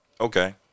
Okay